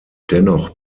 dennoch